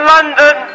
London